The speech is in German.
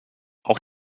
auch